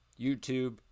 YouTube